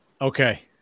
Okay